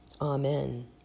amen